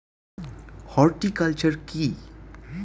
Horticulture কি?